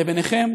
ובינכם?